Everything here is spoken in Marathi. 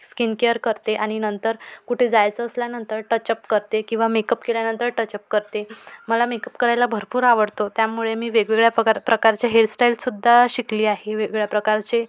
स्किनकेअर करते आणि नंतर कुठे जायचं असल्यानंतर टचअप करते किंवा मेकअप केल्यानंतर टचअप करते मला मेकअप करायला भरपूर आवडतो त्यामुळे मी वेगवेगळ्या प्रकार प्रकारचे हेअरस्टाईलसुद्धा शिकली आहे वेगवेगळ्या प्रकारचे